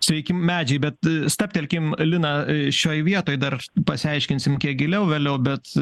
sveiki medžiai bet stabtelkim lina šioj vietoj dar pasiaiškinsim kiek giliau vėliau bet